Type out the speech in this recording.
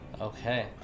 Okay